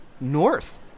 north